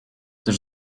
też